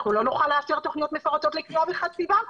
אנחנו לא נוכל לאשר תכניות מפורטות לכרייה וחציבה,